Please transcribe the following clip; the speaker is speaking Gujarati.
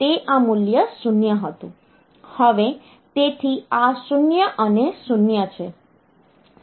હવે તેથી આ 0 અને 0 છે